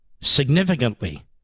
significantly